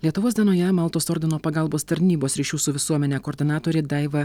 lietuvos dienoje maltos ordino pagalbos tarnybos ryšių su visuomene koordinatorė daiva